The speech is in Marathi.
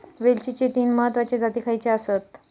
वेलचीचे तीन महत्वाचे जाती खयचे आसत?